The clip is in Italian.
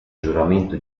giuramento